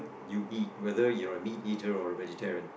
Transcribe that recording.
you eat whether you're a meat eater or a vegetarian